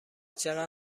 چقدر